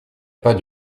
pas